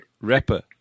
rapper